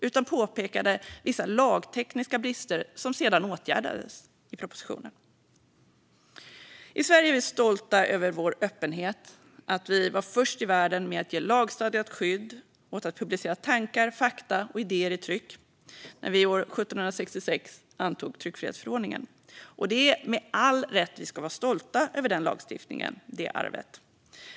Man påpekade vissa lagtekniska brister som sedan åtgärdades i propositionen. I Sverige är vi stolta över vår öppenhet och att vi var först i världen med att ge lagstadgat skydd åt att publicera tankar, fakta och idéer i tryck när vi år 1766 antog tryckfrihetsförordningen. Och det är med all rätt vi ska vara stolta över den lagstiftningen, det arvet.